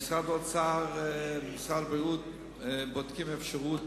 משרד האוצר ומשרד הבריאות בודקים אפשרות